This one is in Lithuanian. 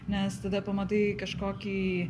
nes tada pamatai kažkokį